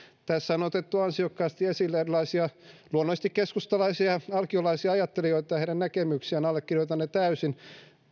tässä on otettu ansiokkaasti esille erilaisia luonnollisesti keskustalaisia alkiolaisia ajattelijoita ja heidän näkemyksiään allekirjoitan ne täysin